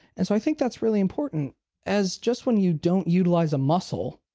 and so i think that's really important as just when you don't utilize a muscle,